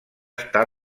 està